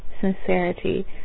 sincerity